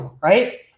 right